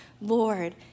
Lord